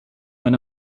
when